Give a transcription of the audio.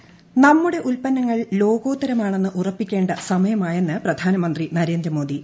മൻ Ki Baat intro നമ്മുടെ ഉല്പ്പന്നങ്ങൾ ലോകോത്തരമാണെന്ന് ഉറപ്പിക്കേണ്ട സമയമായെന്ന് പ്രധാനമന്ത്രി നരേന്ദ്ര മോദി